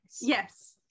Yes